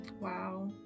wow